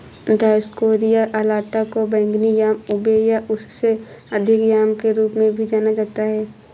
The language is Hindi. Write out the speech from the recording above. डायोस्कोरिया अलाटा को बैंगनी याम उबे या उससे अधिक याम के रूप में भी जाना जाता है